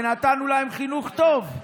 ונתנו להם חינוך טוב.